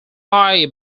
thai